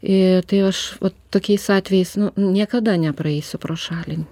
ir tai aš tokiais atvejais niekada nepraeisiu pro šalį